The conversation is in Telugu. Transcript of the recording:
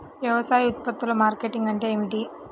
వ్యవసాయ ఉత్పత్తుల మార్కెటింగ్ అంటే ఏమిటి?